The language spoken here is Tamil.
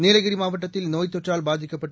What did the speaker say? நீலகிரி மாவட்டத்தில் நோய்த் தொற்றால் பாதிக்கப்பட்டு